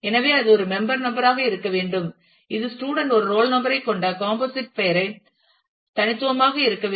எனவே அது ஒரு மெம்பர் நம்பர் ஆக இருக்க வேண்டும் இது ஸ்டூடண்ட் ஒரு ரோல் நம்பர் ஐ கொண்ட composite பெயரை தனித்துவமாக இருக்க வேண்டும்